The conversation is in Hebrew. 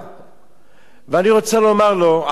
ואני רוצה לומר לו על פרשת השבוע,